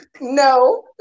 No